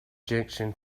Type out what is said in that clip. junction